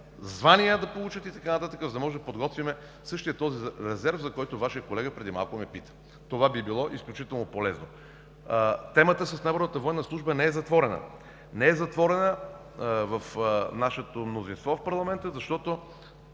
звания да получат и така нататък, за да можем да подготвим същия този резерв, за който Вашият колега преди малко ме пита. Това би било изключително полезно. Темата с донаборната военна служба не е затворена. Не е затворена в нашето мнозинство в парламента, защото